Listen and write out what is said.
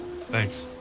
Thanks